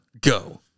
Go